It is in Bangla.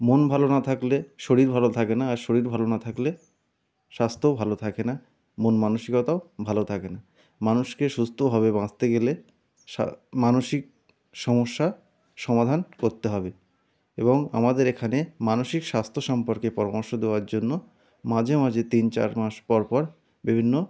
মন ভালো না থাকলে শরীর ভালো থাকে না আর শরীর ভালো না থাকলে স্বাস্থ্যও ভালো থাকে না মন মানসিকতাও ভালো থাকে না মানুষকে সুস্থভাবে বাঁচতে গেলে মানসিক সমস্যা সমধান করতে হবে এবং আমাদের এখানে মানসিক স্বাস্থ্য সম্পর্কে পরামর্শ দেওয়ার জন্য মাঝে মাঝে তিন চার মাস পর পর বিভিন্ন